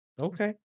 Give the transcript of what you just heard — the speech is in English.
Okay